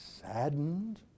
Saddened